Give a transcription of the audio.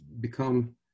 become